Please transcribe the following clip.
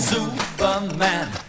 Superman